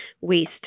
waste